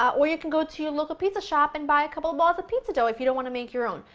or you can go to your local pizza shop and buy a couple balls of pizza dough if you don't want to make your own.